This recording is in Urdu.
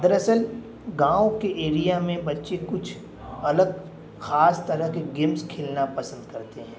دراصل گاؤں کے ایریا میں بچے کچھ الگ خاص طرح کے گیمس کھیلنا پسند کرتے ہیں